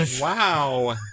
Wow